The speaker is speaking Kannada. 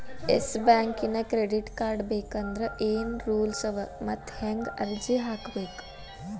ಯೆಸ್ ಬ್ಯಾಂಕಿನ್ ಕ್ರೆಡಿಟ್ ಕಾರ್ಡ ಬೇಕಂದ್ರ ಏನ್ ರೂಲ್ಸವ ಮತ್ತ್ ಹೆಂಗ್ ಅರ್ಜಿ ಹಾಕ್ಬೇಕ?